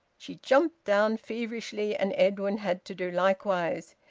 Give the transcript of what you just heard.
she jumped down feverishly, and edwin had to do likewise.